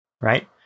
right